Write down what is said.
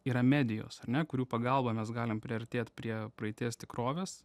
yra medijos ar ne kurių pagalba mes galim priartėti prie praeities tikrovės